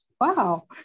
wow